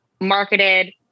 marketed